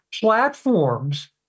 platforms